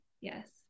yes